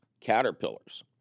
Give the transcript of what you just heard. caterpillars